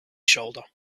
shoulder